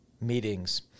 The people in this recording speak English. meetings